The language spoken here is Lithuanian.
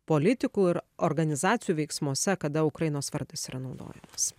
politikų ir organizacijų veiksmuose kada ukrainos vardas yra naudojamas